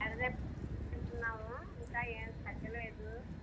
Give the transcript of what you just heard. అదే తింటున్నాము ఇంకా ఏం తగ్గలేదు